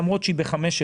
למרות שהיא ב-5.1,